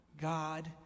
God